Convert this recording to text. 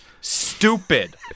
stupid